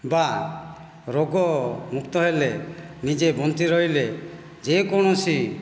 ବା ରୋଗ ମୁକ୍ତ ହେଲେ ନିଜେ ବଞ୍ଚି ରହିଲେ ଯେକୌଣସି